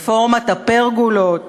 רפורמת הפרגולות,